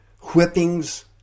whippings